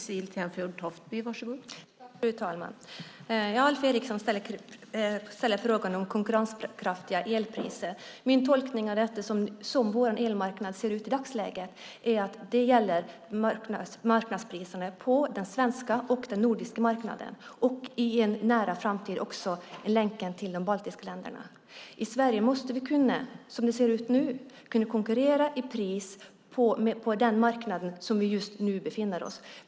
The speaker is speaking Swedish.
Fru talman! Alf Eriksson ställer frågan om konkurrenskraftiga elpriser. Min tolkning av detta, som vår elmarknad ser ut i dagsläget, är att det gäller marknadspriserna på den svenska och den nordiska marknaden och i en nära framtid också länken till de baltiska länderna. I Sverige måste vi, som det ser ut nu, kunna konkurrera i pris på den marknad som vi just nu befinner oss på.